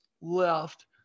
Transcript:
left